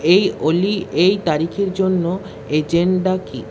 এই অলি এই তারিখের জন্য এজেন্ডা কি